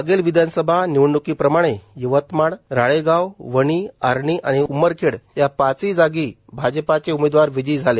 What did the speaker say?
मागील विधानसभा निवडण्कीप्रमाणे यवतमाळए राळेगावए वणीए आर्णी आणि उमरखेड या पाचही जागी भाजपाचे उमेदवार विजयी झाले